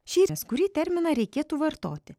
šįryt kurį terminą reikėtų vartoti